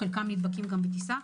חלקם גם נדבקים בטיסה.